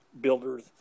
builders